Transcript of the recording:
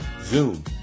Zoom